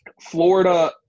Florida